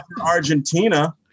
Argentina